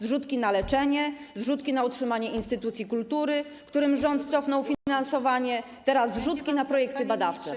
Zrzutki na leczenie, zrzutki na utrzymanie instytucji kultury, którym rząd cofnął finansowanie, teraz zrzutki na projekty badawcze.